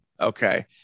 Okay